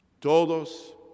todos